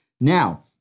now